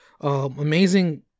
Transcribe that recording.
amazing